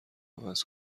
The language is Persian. عوض